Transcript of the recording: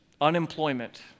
unemployment